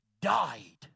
died